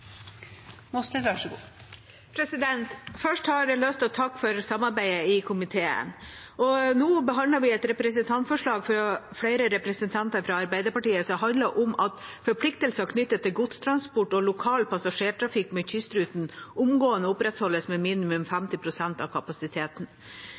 Først har jeg lyst til å takke for samarbeidet i komiteen. Vi behandler nå et representantforslag fra flere representanter i Arbeiderpartiet om at forpliktelser knyttet til godstransport og lokal passasjertrafikk med kystruten omgående opprettholdes med minimum